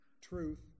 truth